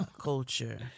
culture